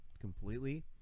completely